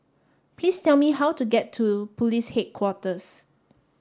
please tell me how to get to Police Headquarters